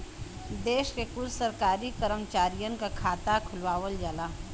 देश के कुल सरकारी करमचारियन क खाता खुलवावल जाला